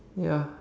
ya